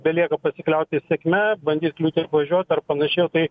belieka pasikliauti sėkme bandyt kliūtį apvažiuot ar panašiai o tai